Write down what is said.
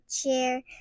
chair